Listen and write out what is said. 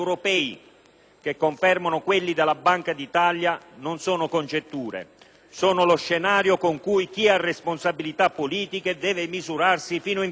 che confermano quelli della Banca d'Italia, non sono congetture, ma lo scenario con cui chi ha responsabilità politiche deve misurarsi fino in fondo.